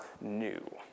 new